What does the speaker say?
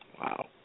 Wow